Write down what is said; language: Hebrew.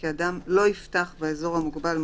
כי אדם לא יפתח לציבור באזור המוגבל,